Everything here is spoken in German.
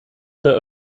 der